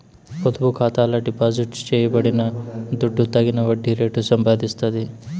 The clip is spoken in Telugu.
పొదుపు ఖాతాల డిపాజిట్ చేయబడిన దుడ్డు తగిన వడ్డీ రేటు సంపాదిస్తాది